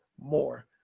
more